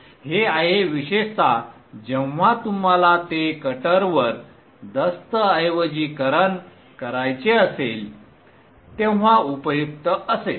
हे आहे विशेषत जेव्हा तुम्हाला ते कटरवर दस्तऐवजीकरण करायचे असेल तेव्हा उपयुक्त असेल